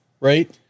right